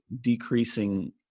decreasing